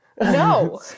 No